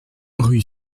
rue